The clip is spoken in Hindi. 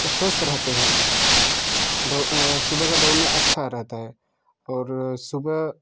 स्वस्थ रहते हैं हम दौड़ सुबह का दौड़ना अच्छा रहता है और सुबह